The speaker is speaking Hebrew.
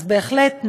אז בהחלט,